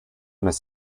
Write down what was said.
miss